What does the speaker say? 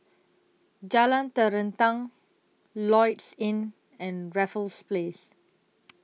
Jalan Terentang Lloyds Inn and Raffles Place